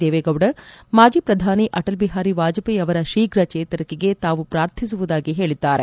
ದೇವೇಗೌಡ ಮಾಜಿ ಪ್ರಧಾನಿ ಅಟಲ್ ಬಿಹಾರಿ ವಾಜಪೇಯಿ ಅವರ ಶೀಫ್ರ ಚೇತರಿಕೆಗೆ ತಾವು ಪ್ರಾರ್ಥಿಸುವುದಾಗಿ ಹೇಳಿದ್ದಾರೆ